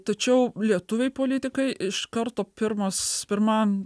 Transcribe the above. tačiau lietuviai politikai iš karto pirmas pirmam